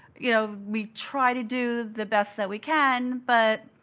you know, we try to do the best that we can, but